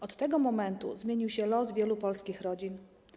Od tego momentu zmienił się los wielu polskich rodzin.